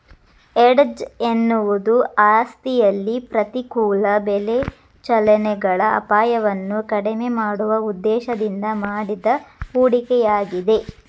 hedge ಎನ್ನುವುದು ಆಸ್ತಿಯಲ್ಲಿ ಪ್ರತಿಕೂಲ ಬೆಲೆ ಚಲನೆಗಳ ಅಪಾಯವನ್ನು ಕಡಿಮೆ ಮಾಡುವ ಉದ್ದೇಶದಿಂದ ಮಾಡಿದ ಹೂಡಿಕೆಯಾಗಿದೆ